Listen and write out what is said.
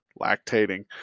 lactating